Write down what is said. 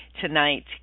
tonight